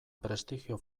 prestigio